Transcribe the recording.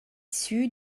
issue